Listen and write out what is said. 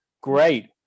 great